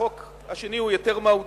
החוק השני הוא יותר מהותי,